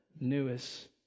newest